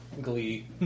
Glee